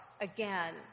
again